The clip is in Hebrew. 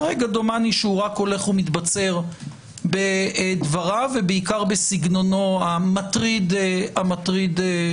כרגע דומני שהוא רק הולך ומתבצר בדבריו ובעיקר בסגנונו המטריד מאוד.